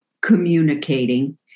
communicating